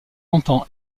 entend